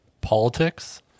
Politics